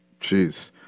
Jeez